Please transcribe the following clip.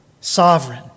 sovereign